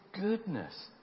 goodness